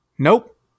nope